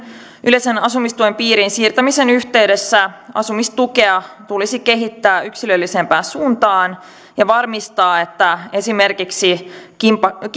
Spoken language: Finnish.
yleisen asumistuen piiriin siirtämisen yhteydessä asumistukea tulisi kehittää yksilöllisempään suuntaan ja varmistaa että esimerkiksi kimppakämpissä